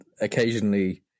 occasionally